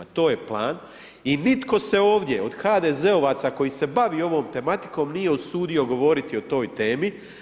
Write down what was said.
To je plan i nitko se ovdje od HDZ-ovaca koji se bave ovom tematikom nije osudio govoriti o toj temi.